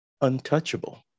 untouchable